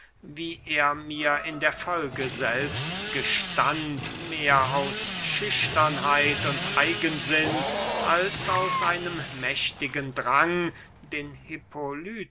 wie er mir in der folge selbst gestand mehr aus schüchternheit und eigensinn als aus einem mächtigen drang den